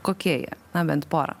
kokie jie na bent porą